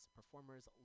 performers